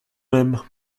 même